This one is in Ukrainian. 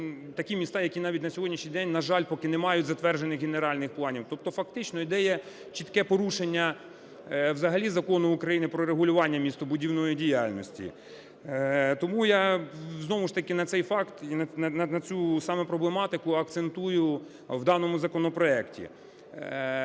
такі міста, які навіть на сьогоднішній день, на жаль, поки не мають затверджених генеральних планів. Тобто фактично іде, є чітке порушення взагалі Закону України "Про регулювання містобудівної діяльності". Тому я знову ж таки на цей факт і на цю саме проблематику акцентую в даному законопроекті.